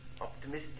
optimistic